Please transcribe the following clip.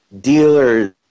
dealers